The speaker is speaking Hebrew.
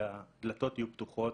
שהדלתות יהיו פתוחות,